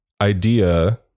idea